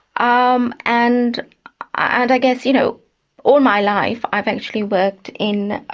um and and i guess you know all my life i've actually worked in